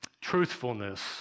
truthfulness